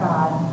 God